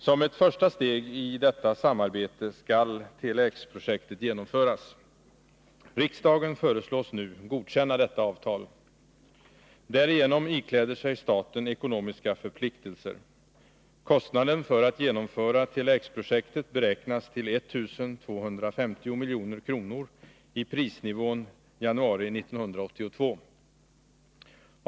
Som ett första steg i detta samarbete skall Tele-X-projektet genomföras. Riksdagen föreslås nu godkänna detta avtal. Därigenom ikläder sig staten ekonomiska förpliktelser. Kostnaden för att genomföra Tele X-projektet beräknas till I 250 milj.kr. i prisnivån januari 1982.